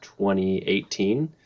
2018